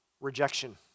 rejection